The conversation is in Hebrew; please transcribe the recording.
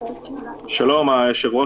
היושב-ראש,